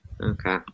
Okay